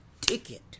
ticket